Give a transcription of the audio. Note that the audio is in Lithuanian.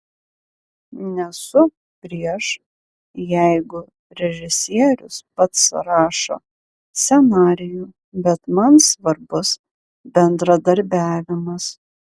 nesu prieš jeigu režisierius pats rašo scenarijų bet man svarbus bendradarbiavimas